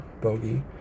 Bogey